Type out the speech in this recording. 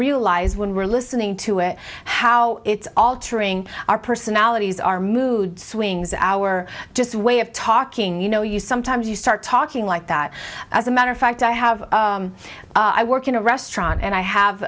realize when we're listening to it how it's altering our personalities our mood swings our just way of talking you know you sometimes you start talking like that as a matter of fact i have i work in a restaurant and i